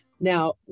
Now